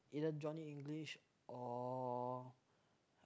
either Johnny English or